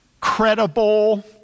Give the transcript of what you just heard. credible